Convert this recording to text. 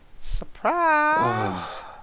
Surprise